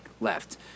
left